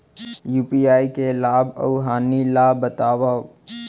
UPI के लाभ अऊ हानि ला बतावव